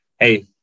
hey